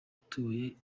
atuye